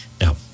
Now